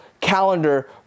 calendar